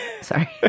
sorry